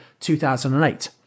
2008